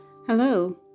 Hello